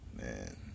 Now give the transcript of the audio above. Man